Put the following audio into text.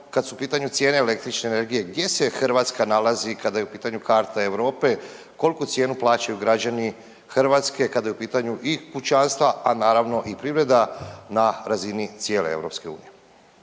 kad su u pitanju cijene električne energije, gdje se Hrvatska nalazi kada je u pitanju karta Europe, koliku cijenu plaćaju građani Hrvatske kada je u pitanju i kućanstva, a naravno i privreda na razini cijele EU?